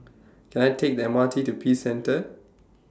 Can I Take The M R T to Peace Centre